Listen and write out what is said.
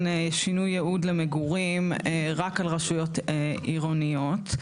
שינוי ייעוד למגורים רק על רשויות עירוניות,